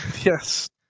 Yes